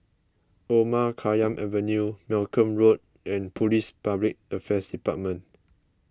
Omar Khayyam Avenue Malcolm Road and Police Public Affairs Department